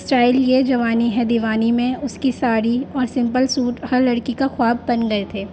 style Yeh Jawaani Hai Deewani میں اس کی ساری اور سمپل سوٹ ہر لڑکی کا خواب بن گئے تھے